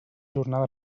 jornada